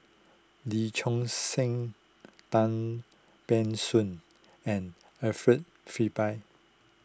Lee Choon Seng Tan Ban Soon and Alfred Frisby